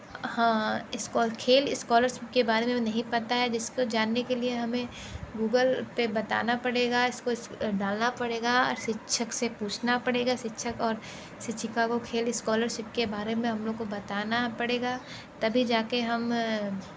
हाँ स्कोल खेल स्कॉलरसिप के बारे में नहीं पता है जिस को जानने के लिए हमें गूगल पे बताना पड़ेगा इस को डालना पड़ेगा और शिक्षक से पूछना पड़ेगा शिक्षक और शिक्षिका को खेल स्कॉलरशिप के बारे में हम लोग को बताना पड़ेगा तभी जा कर हम